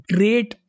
Great